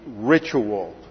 ritual